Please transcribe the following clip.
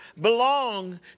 belong